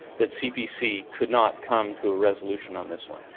that cpc could not come to a resolution on this one.